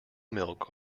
milk